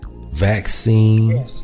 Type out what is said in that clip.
Vaccine